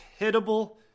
hittable